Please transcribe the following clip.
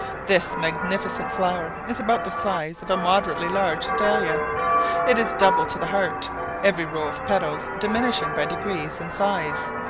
this magnificent flower is about the size of a moderately large dahlia it is double to the heart every row of petals diminishing by degrees in size,